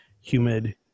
humid